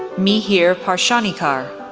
mihir parshionikar,